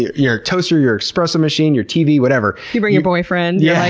your your toaster, your espresso machine, your tv, whatever. you bring your boyfriend, yeah